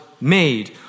made